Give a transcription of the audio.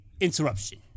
interruption